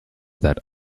that